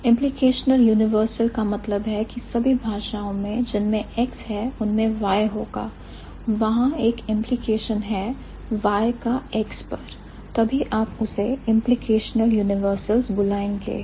चलिए हम कहते हैं कि यहां जो संबंध है वह है unrestricted universals और हमारे पास इसके लिए एक फैक्टर है और टर्म है X टाइप I है प्लस टाइप II है माइनस इसका मतलब है कि अगर किसी फिनोमिना को unrestricted माना जाता है टाइप I में यह फीचर्स होंगे टाइप II मैं यह फीचर्स नहीं होंगे